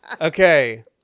okay